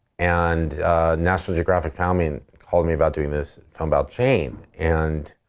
and national geographic found me and called me about doing this film about jane. and,